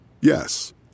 Yes